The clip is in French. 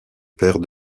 père